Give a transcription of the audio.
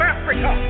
Africa